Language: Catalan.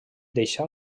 deixà